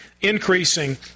increasing